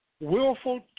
Willful